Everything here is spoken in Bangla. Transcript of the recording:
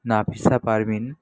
নাফিসা পারভিন